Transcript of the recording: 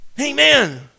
amen